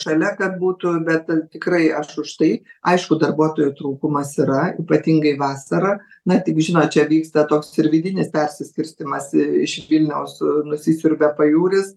šalia kad būtų bet tikrai aš už tai aišku darbuotojų trūkumas yra ypatingai vasarą na tik žinot čia vyksta toks ir vidinis persiskirstymas iš vilniaus nusisiurbia pajūris